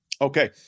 Okay